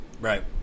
Right